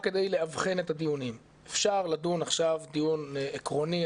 רק כדי לאבחן את הדיונים אפשר לדון עכשיו דיון עקרוני,